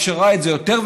אפשרה את זה יותר,